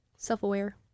Self-aware